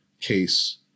case